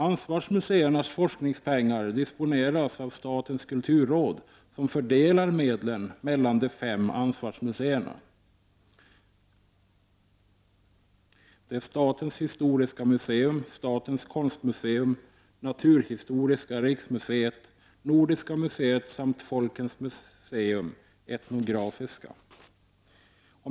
Ansvarsmuseernas forskningspengar disponeras av statens kulturråd, som fördelar medlen mellan de fem ansvarsmuseerna: statens historiska museum, statens konstmuseum, Naturhistoriska riksmuseet, Nordiska museet samt Folkens museum — Etnografiska.